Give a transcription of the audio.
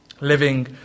living